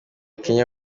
kanye